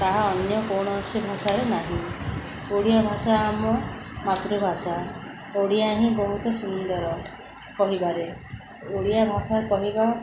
ତାହା ଅନ୍ୟ କୌଣସି ଭାଷାରେ ନାହିଁ ଓଡ଼ିଆ ଭାଷା ଆମ ମାତୃଭାଷା ଓଡ଼ିଆ ହିଁ ବହୁତ ସୁନ୍ଦର କହିବାରେ ଓଡ଼ିଆ ଭାଷା କହିବା